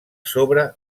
sobre